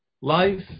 life